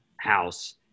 house